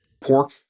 pork